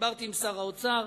כשדיברתי עם שר האוצר,